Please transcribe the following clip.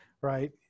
right